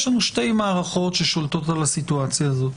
יש לנו שתי מערכות ששולטות על הסיטואציה הזאת.